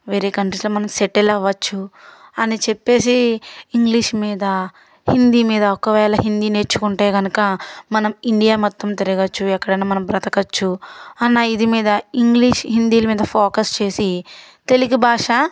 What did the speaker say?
వేరే కంట్రీస్లో మనం సెటిల్ అవచ్చు అని చెప్పేసి ఇంగ్లీష్ మీద హిందీ మీద ఒకవేళ హిందీ నేర్చుకుంటే కనుక మనం ఇండియా మొత్తం తిరగచ్చు ఎక్కడైనా మనం బ్రతకచ్చు అన్న ఇది మీద ఇంగ్లీష్ హిందీల మీద ఫోకస్ చేసి తెలుగు భాష